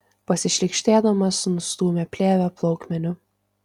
pasišlykštėdamas nustūmė plėvę plaukmeniu